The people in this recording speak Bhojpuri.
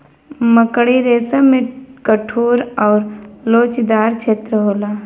मकड़ी रेसम में कठोर आउर लोचदार छेत्र होला